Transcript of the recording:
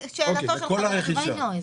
משאלתו של חבר הכנסת.